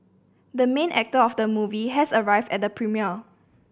the main actor of the movie has arrived at the premiere